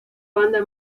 banda